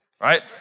right